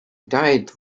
died